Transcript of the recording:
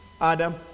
Adam